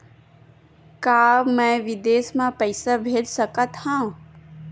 का मैं विदेश म पईसा भेज सकत हव?